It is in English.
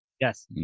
Yes